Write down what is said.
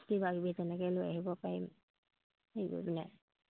কিবা কিবি তেনেকৈ লৈ আহিব পাৰিম হেৰি কৰি পিনে